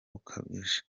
bukabije